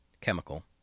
chemical